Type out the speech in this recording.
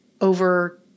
over